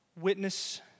witness